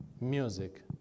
music